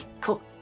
cool